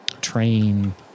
Train